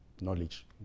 knowledge